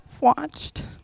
watched